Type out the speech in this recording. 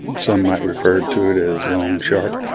some might refer to it as loan shark